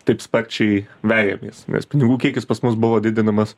taip sparčiai vejamės mes pinigų kiekis pas mus buvo didinamas